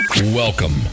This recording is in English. Welcome